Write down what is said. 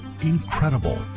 Incredible